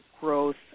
growth